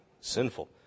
sinful